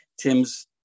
Tim's